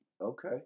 okay